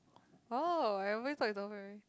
oh I always thought it's the whole family